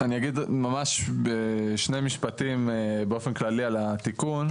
אני אגיד ממש בשני משפטים, באופן כללי על התיקון.